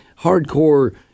hardcore